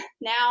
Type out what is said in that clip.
now